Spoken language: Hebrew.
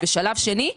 ושלב שני,